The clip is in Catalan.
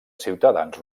ciutadans